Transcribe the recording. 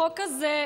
החוק הזה,